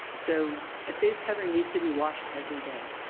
so a face covering needs to be washed every day.